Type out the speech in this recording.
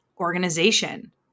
organization